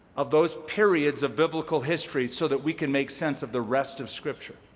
of those periods of biblical history so that we can make sense of the rest of scripture.